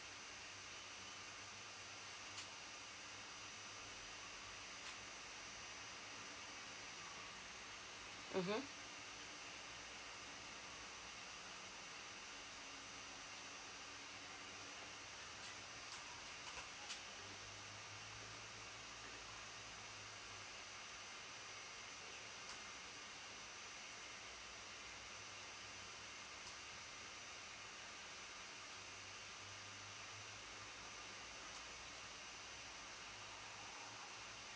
mmhmm